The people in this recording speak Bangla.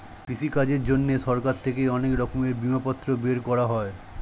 কৃষিকাজের জন্যে সরকার থেকে অনেক রকমের বিমাপত্র বের করা হয়